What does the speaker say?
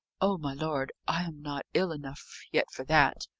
oh, my lord, i am not ill enough yet for that.